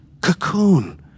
cocoon